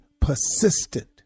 persistent